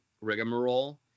rigmarole